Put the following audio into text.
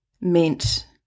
meant